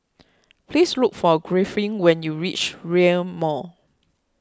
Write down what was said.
please look for Griffin when you reach Rail Mall